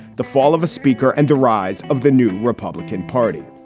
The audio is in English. the fall of a speaker and the rise of the new republican party